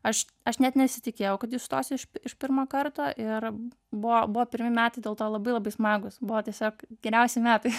aš aš net nesitikėjau kad įstosiu iš iš pirmo karto ir buvo buvo pirmi metai dėl to labai labai smagūs buvo tiesiog geriausi metai